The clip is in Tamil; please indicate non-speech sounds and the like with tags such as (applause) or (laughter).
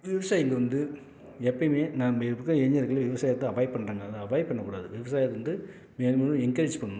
விவசாயிகள் வந்து எப்போயுமே (unintelligible) இளைஞர்கள் விவசாயத்தை அவாய்ட் பண்ணுறாங்க அதை அவாய்ட் பண்ணக்கூடாது விவசாயத்தை வந்து மேலும் மேலும் என்கரேஜ் பண்ணணும்